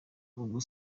ubwo